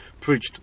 preached